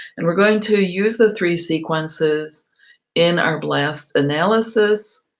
and we're going to use the three sequences in our blast analysis,